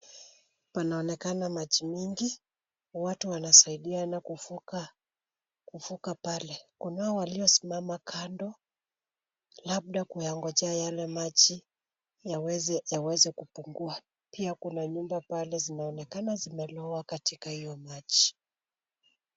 Panaonekana maji mingi, watu wanasaidiana kuvuka pale. Kunao waliosimama kando, labda kuyangojea yale maji yaweze kupungua. Pia kuna nyumba pale zinaonekana zimelowa katika hiyo maji.